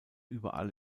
überall